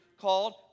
called